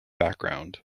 background